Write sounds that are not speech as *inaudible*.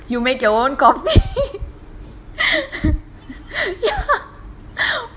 you make your own coffee *laughs* super ah இருக்கும் நானே:irukkum naane copy பண்ணிட்டு நானே குடிச்சிட்டு:pannittu naanae kudichitu